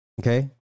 Okay